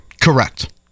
Correct